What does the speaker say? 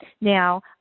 now